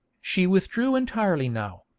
she withdrew entirely now,